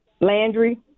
Landry